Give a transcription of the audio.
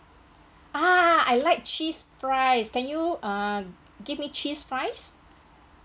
ah I like cheese fries can you uh give me cheese fries